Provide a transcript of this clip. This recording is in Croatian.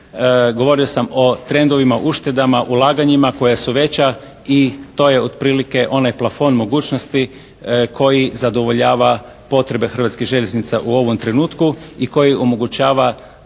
Govorio sam o trendovima uštedama, ulaganjima koja su veća i to je otprilike onaj plafon mogućnosti koji zadovoljava potrebe Hrvatskih željeznica u ovom trenutku i koji omogućava i omogućit